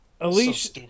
Alicia